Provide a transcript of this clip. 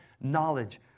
knowledge